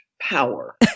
power